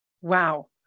Wow